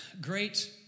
Great